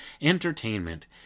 Entertainment